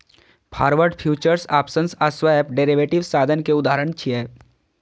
forward, futures, options आ swap derivative साधन के उदाहरण छियै